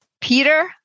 Peter